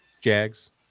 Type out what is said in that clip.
Jags